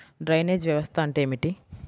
Drainage వ్యవస్థ అంటే ఏమిటి?